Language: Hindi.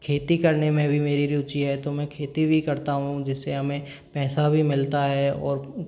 खेती करने में भी मेरी रुचि है तो मैं खेती भी करता हूँ जिससे हमें पैसा भी मिलता है और